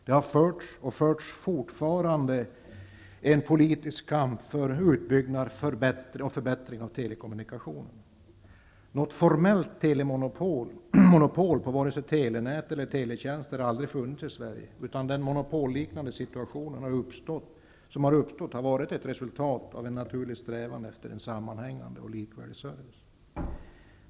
Det har förts, och det förs fortfarande, en politisk kamp för en utbyggnad och för en förbättring av telekommunikationerna. Något formellt telemonopol har aldrig funnits i Sverige på vare sig telenät eller teletjänster, utan den monopolliknande situation som har uppkommit är resultatet av en naturlig strävan efter en sammanhängande och likvärdig service.